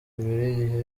ibiri